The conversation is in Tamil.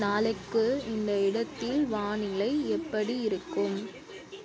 நாளைக்கு இந்த இடத்தில் வானிலை எப்படி இருக்கும்